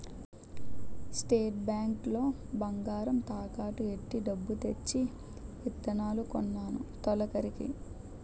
state bank లో బంగారం తాకట్టు ఎట్టి డబ్బు తెచ్చి ఇత్తనాలు కొన్నాను తొలకరికి